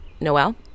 Noel